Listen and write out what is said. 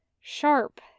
sharp